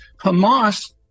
Hamas